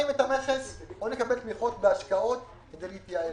את המכס או נקבל תמיכות בהשקעות כדי להתייעל.